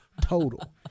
total